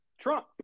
Trump